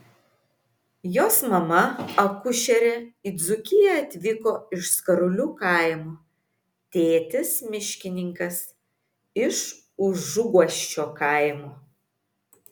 jos mama akušerė į dzūkiją atvyko iš skarulių kaimo tėtis miškininkas iš užuguosčio kaimo